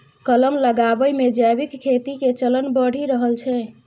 कलम लगाबै मे जैविक खेती के चलन बढ़ि रहल छै